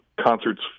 Concerts